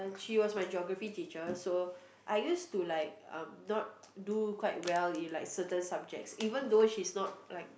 she was my geography teacher so I used to like uh not do quite well in like certain subjects even though she's not like